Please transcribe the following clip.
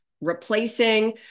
replacing